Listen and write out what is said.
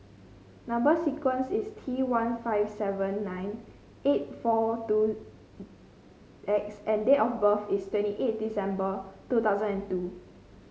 number sequence is T one five seven nine eight four two X and date of birth is twenty eight December two thousand and two